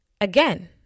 again